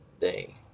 day